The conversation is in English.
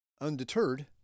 Undeterred